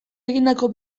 egindako